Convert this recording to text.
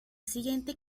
siguiente